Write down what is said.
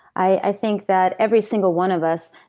i think that every single one of us.